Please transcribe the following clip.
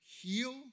heal